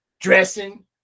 dressing